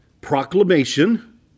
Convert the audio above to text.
proclamation